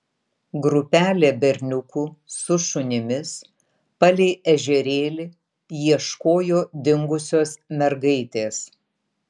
grupelė berniukų su šunimis palei ežerėlį ieškojo dingusios mergaitės